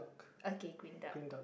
ok green duck